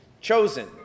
chosen